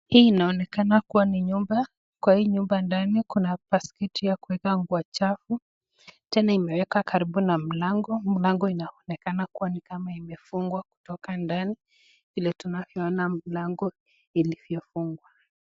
Hii inaonekana kuwa ni nyumba, kwa hii nyumba ndani kuna basketi ya kuweka nguo chafu, tena imweka karibu na mlango, mlango inaonekana kuwa ni kama imefungwa kutoka ndani vile tunavyona mlango ilivyofungwa.